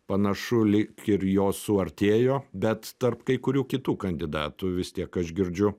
panašu lyg ir jos suartėjo bet tarp kai kurių kitų kandidatų vis tiek aš girdžiu